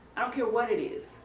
ok what it is?